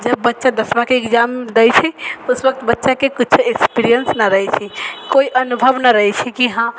जब बच्चा दसमा के एग्जाम दै छै उस बक्त बच्चा के कुछो एक्सपीरियेन्स ना रहै छै कोइ अनुभव नहि रहै छै की हँ